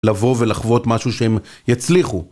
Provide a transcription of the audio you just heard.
לבוא ולחוות משהו שהם יצליחו.